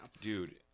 dude